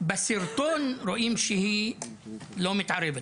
ובסרטון רואים שהיא לא מתערבת.